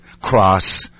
cross